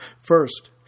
First